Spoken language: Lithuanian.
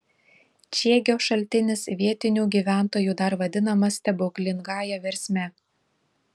čiegio šaltinis vietinių gyventojų dar vadinamas stebuklingąja versme